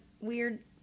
weird